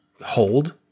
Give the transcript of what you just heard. hold